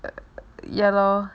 ya lor